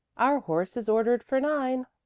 our horse is ordered for nine.